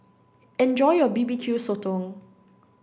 enjoy your B B Q Sotong